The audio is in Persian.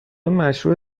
مشروح